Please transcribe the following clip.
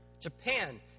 Japan